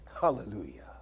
Hallelujah